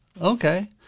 Okay